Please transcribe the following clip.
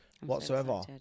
whatsoever